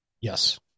Yes